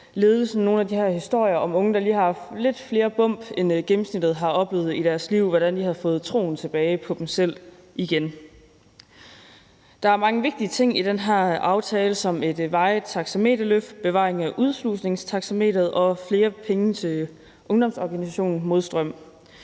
ledelsen nogle af de her historier om unge, der lige har haft lidt flere bump, end gennemsnittet har oplevet i deres liv, og hvordan de har fået troen tilbage på dem selv. Der er mange vigtige ting i den her aftale som et varigt taxameterløft, bevaring af udslusningstaxameteret og flere penge til ungdomsorganisationen Modstrøm.